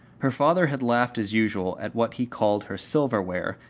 her father had laughed as usual at what he called her silverware,